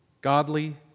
godly